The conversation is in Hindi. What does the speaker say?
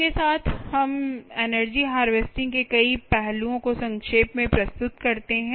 इसके साथ हम एनर्जी हार्वेस्टिंग के कई पहलुओं को संक्षेप में प्रस्तुत करते हैं